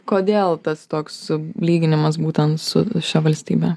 kodėl tas toks lyginimas būtent su šia valstybe